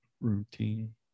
routine